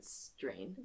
strain